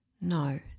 No